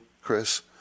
Chris